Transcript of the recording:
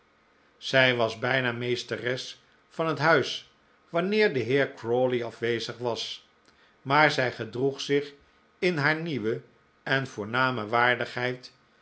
zij was bijna meesteres van het huis wanneer de heer crawley afwezig was maar zij gedroeg zich in haar nieuwe en voorname waardigheid